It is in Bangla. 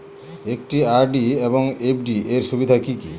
একটি আর.ডি এবং এফ.ডি এর সুবিধা কি কি?